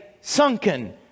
sunken